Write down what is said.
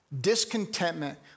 Discontentment